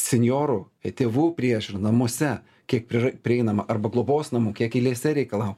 senjorų tėvų priežiūra namuose kiek pri prieinama arba globos namų kiek eilėse reikia lauk